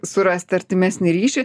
surasti artimesnį ryšį